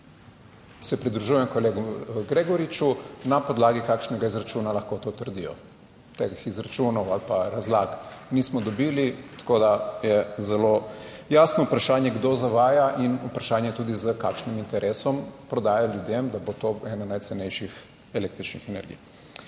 Se pridružujem kolegu Gregoriču na podlagi kakšnega izračuna lahko to trdijo. Teh izračunov ali pa razlag nismo dobili, tako da je zelo jasno vprašanje kdo zavaja in vprašanje tudi s kakšnim interesom prodaje ljudem, da bo to ena najcenejših električnih energij.